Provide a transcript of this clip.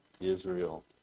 Israel